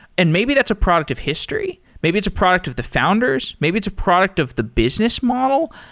and maybe that's a product of history. maybe it's a product of the founders. maybe it's a product of the business model.